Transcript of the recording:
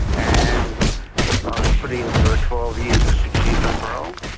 and i was put in for twelve years with six years non-parole,